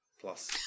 plus